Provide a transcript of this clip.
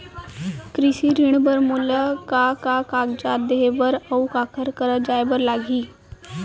कृषि ऋण बर मोला का का कागजात देहे बर, अऊ काखर करा जाए बर लागही?